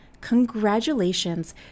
Congratulations